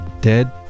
dead